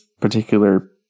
particular